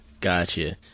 Gotcha